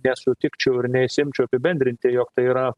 nesutikčiau ir nesiimčiau apibendrinti jog tai yra